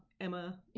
Emma